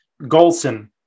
Golson